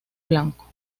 blanco